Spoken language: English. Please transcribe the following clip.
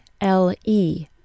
L-E